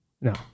No